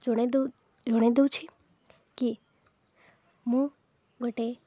ଜଣାଇ ଦଉ ଜଣାଇଦେଉଛି କି ମୁଁ ଗୋଟେ